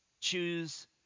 choose